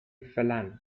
phelan